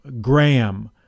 Graham